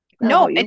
No